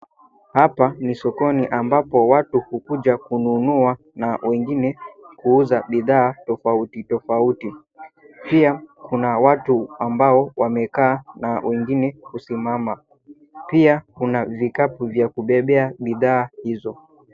Hapa ni sokoni ambapo watu ukuja kununua na wengine kuuza bidhaa tofauti tofauti. Pia, kuna watu ambao wamekaa na wengine kusimama. Pia kuna vikapu vya kubebea bidhaa hizo.